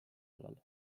kallal